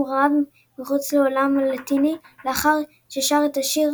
רב מחוץ לעולם הלטיני לאחר ששר את השיר